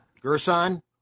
Gerson